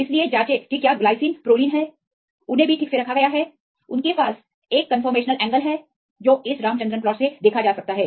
इसलिए जांचें कि क्या ग्लाइसीन प्रोलिन हैं उन्हें भी ठीक से रखा गया है उनके पास एक कन्फर्मेशनएंगल है जो इस रामचंद्रन प्लॉट से देखा जा सकता है